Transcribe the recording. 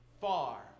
far